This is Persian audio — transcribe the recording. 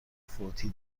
فوتی